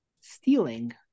stealing